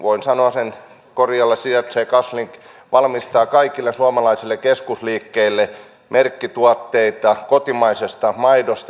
voin sanoa sen korialla sijaitsee kaslink joka valmistaa kaikille suomalaisille keskusliikkeille merkkituotteita kotimaisesta maidosta